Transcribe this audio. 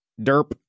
Derp